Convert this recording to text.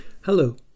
Hello